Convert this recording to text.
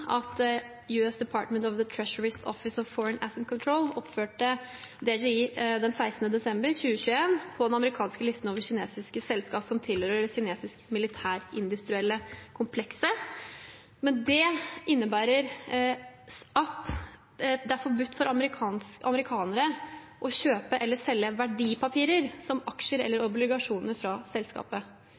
at US Department of the Treasury’s Office of Foreign Assets Control den 16. desember 2021 oppførte DJI på den amerikanske listen over kinesiske selskap som tilhører det kinesiske militær-industrielle komplekset. Det innebærer at det er forbudt for amerikanere å kjøpe eller selge verdipapirer som aksjer eller obligasjoner fra selskapet.